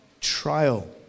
trial